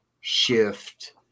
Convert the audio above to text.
shift